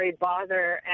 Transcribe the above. bother